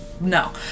No